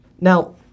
Now